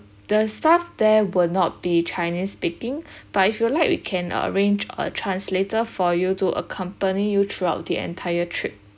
the staff there will not be chinese speaking but if you like we can arrange a translator for you to accompany you throughout the entire trip